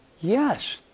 yes